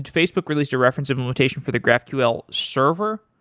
and facebook released a reference implementation for the graphql server?